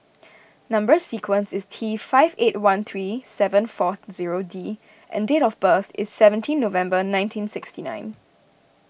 Number Sequence is T five eight one three seven four zero D and date of birth is seventeen November nineteen sixty nine